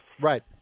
Right